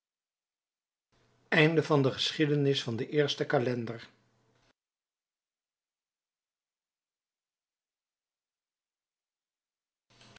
geschiedenis van den eersten calender